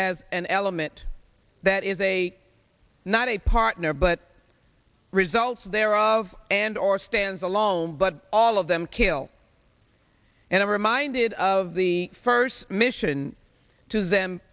as an element that is a not a partner but results thereof and or stands alone but all of them kill and i'm reminded of the first mission to them